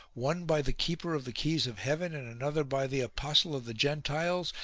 one by the keeper of the keys of heaven, and another by the apostle of the gentiles,